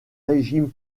régime